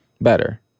better